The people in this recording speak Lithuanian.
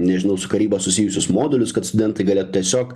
nežinau su karyba susijusius modulius kad studentai galėtų tiesiog